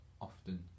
often